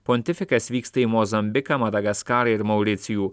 pontifikas vyksta į mozambiką madagaskarą ir mauricijų